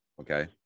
Okay